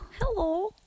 Hello